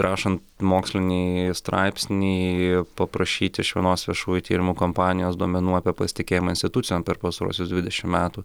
rašan mokslinį straipsnį paprašyt iš vienos viešųjų tyrimų kompanijos duomenų apie pasitikėjimą institucijom per pastaruosius dvidešim metų